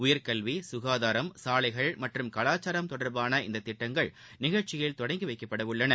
உயர்கல்வி சுகாதாரம் சாலைகள் மற்றும் கலாச்சாரம் தொடர்பான இந்த திட்டங்கள் நிகழ்ச்சியில் தொடங்கி வைக்கப்படவுள்ளன